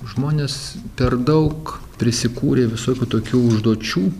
žmonės per daug prisikūrę visokių tokių užduočių